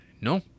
No